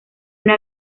una